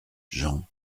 jean